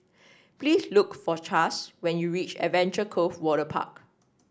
please look for Chas when you reach Adventure Cove Waterpark